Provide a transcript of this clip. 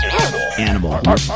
Animal